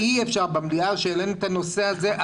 במליאה העלינו את הנושא הזה,